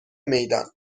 میدان